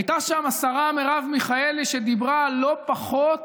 הייתה שם השרה מרב מיכאלי, שדיברה על לא פחות